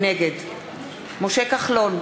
נגד משה כחלון,